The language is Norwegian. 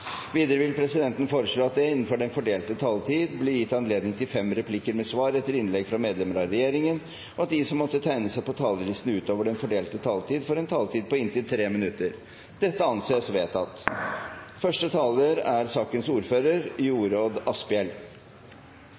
Videre vil presidenten foreslå at det blir gitt anledning til fem replikker med svar etter innlegg fra medlemmer av regjeringen, innenfor den fordelte taletid, og at de som måtte tegne seg på talerlisten utover den fordelte taletid, får en taletid på inntil 3 minutter. – Det anses vedtatt. Som ordfører